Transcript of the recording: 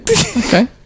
Okay